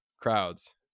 crowds